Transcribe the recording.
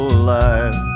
alive